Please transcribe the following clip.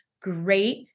great